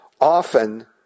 often